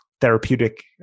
therapeutic